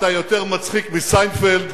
אתה יותר מצחיק מסיינפלד,